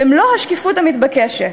במלוא השקיפות המתבקשת.